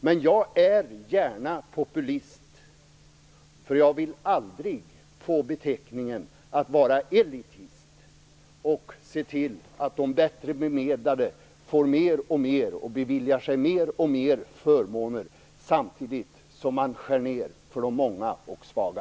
Men jag är gärna populist, för jag vill aldrig betecknas som en elitist som ser till att de bättre bemedlade får mer och mer och beviljas alltmer förmåner samtidigt som man gör nedskärningar för de många och svaga.